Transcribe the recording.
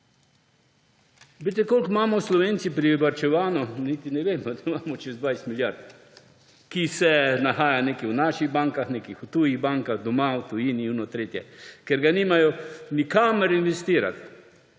Glejte, koliko imamo Slovenci privarčevano, niti ne vem, pa da imamo čez 20 milijard, ki se nahajajo nekaj v naših bankah, nekih tujih bankah, doma, v tujini, ono, tretje, ker ga nimajo nikamor investirati.